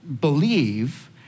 believe